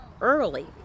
early